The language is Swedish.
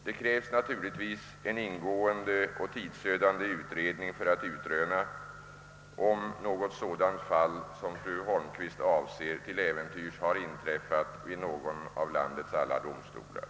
Det krävs naturligtvis en ingående och tidsödande utredning för att utröna, om något sådant fall som fru Holmqvist avser till äventyrs har in träffat vid någon av landets alla domstolar.